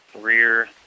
rear